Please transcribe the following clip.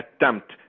attempt